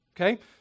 Okay